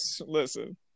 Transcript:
Listen